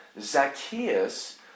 Zacchaeus